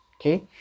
okay